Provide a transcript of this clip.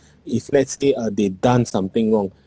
if let's say ah they done something wrong